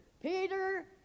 Peter